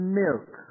milk